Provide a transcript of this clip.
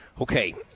Okay